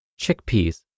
chickpeas